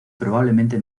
probablemente